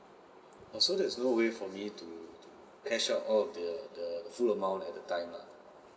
so there is no way for me to to cash out all of the full amount at the time lah